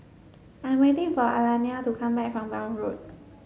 I'm waiting for Alayna to come back from Welm Road